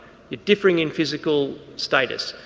differing in physical status,